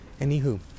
Anywho